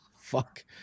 fuck